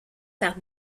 par